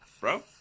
bro